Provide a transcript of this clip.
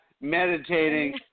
meditating